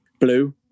Blue